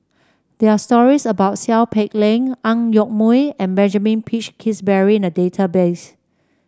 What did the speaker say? there are stories about Seow Peck Leng Ang Yoke Mooi and Benjamin Peach Keasberry in the database